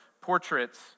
portraits